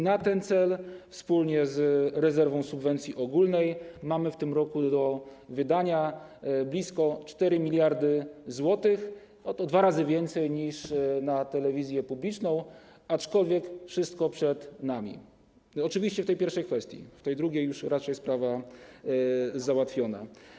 Na ten cel wspólnie z rezerwą subwencji ogólnej mamy w tym roku do wydania blisko 4 mld zł, dwa razy więcej niż na telewizję publiczną, aczkolwiek wszystko przed nami - oczywiście w tej pierwszej kwestii, w tej drugiej już raczej jest sprawa załatwiona.